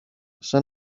σαν